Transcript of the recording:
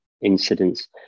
incidents